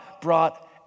brought